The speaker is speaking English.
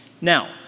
Now